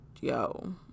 yo